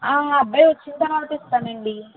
మా అబ్బాయి వచ్చిన తర్వాత ఇస్తానండి